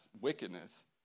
wickedness